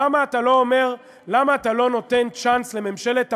למה אתה לא נותן צ'אנס לממשלת הפיוס?